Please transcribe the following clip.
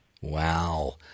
Wow